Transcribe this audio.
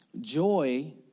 joy